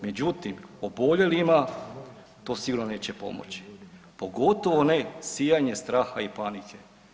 Međutim, oboljelima to sigurno neće pomoći, pogotovo ne sijanje straha i panike.